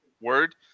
word